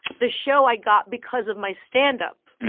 the show i got because of my standup.